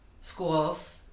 schools